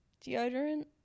deodorant